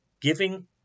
Giving